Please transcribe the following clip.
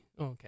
okay